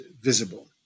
visible